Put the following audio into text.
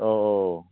औ औ